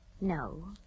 No